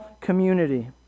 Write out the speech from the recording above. community